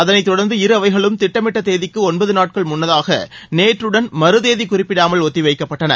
அதனைத்தொடர்ந்து இருஅவைகளும் திட்டமிட்ட தேதிக்கு ஒன்பது நாட்கள் முன்னதாக நேற்றுடன் மறுதேதி குறிப்பிடாமல் ஒத்திவைக்கப்பட்டன